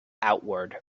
outward